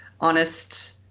honest